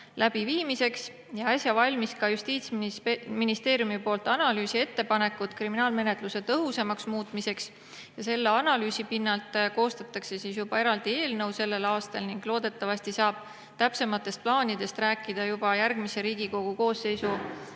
läbiviimiseks. Äsja valmisid Justiitsministeeriumis analüüs ja ettepanekud kriminaalmenetluse tõhusamaks muutmiseks. Selle analüüsi pinnalt koostatakse juba eraldi eelnõu ning loodetavasti saab täpsematest plaanidest rääkida juba järgmise Riigikogu koosseisu